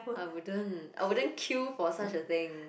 I wouldn't I wouldn't queue for such a thing